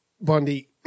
Bundy